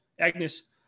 Agnes